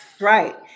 Right